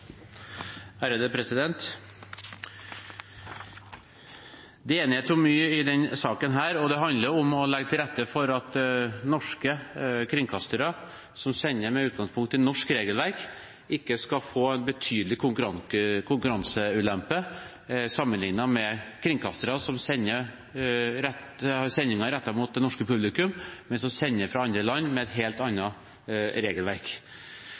handler om å legge til rette for at norske kringkastere som sender med utgangspunkt i norsk regelverk, ikke skal få betydelig konkurranseulempe sammenlignet med kringkastere som har sendinger rettet mot det norske publikum, men som sender fra andre land med et helt annet regelverk.